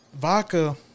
vodka